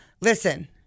Listen